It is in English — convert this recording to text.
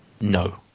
No